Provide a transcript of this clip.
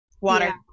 water